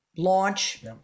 launch